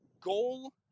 goal